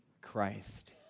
Christ